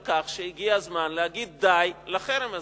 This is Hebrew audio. על כך שהגיע הזמן להגיד די לחרם הזה.